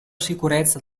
sicurezza